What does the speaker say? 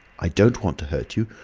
i don't want to hurt you,